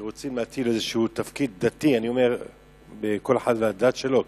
שכשרוצים להטיל איזה תפקיד דתי, כל אחד והדת שלו,